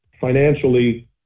financially